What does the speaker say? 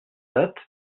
dates